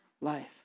life